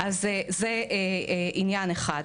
זה עניין אחד.